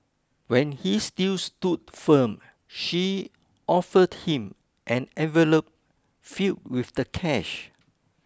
when he still stood firm she offered him an envelope filled with the cash